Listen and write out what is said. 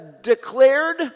declared